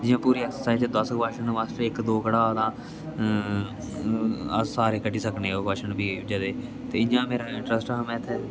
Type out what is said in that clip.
जियां पूरी ऐक्सरसाइज दस कोच्शन वास्तै इक दो कढाग तां अस सारे कड्डी सकने ओह् कोच्शन फ्ही जेह्दे ते इ'यां मेरा इंटरस्ट हा मैथ च